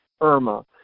Irma